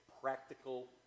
practical